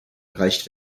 erreicht